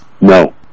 No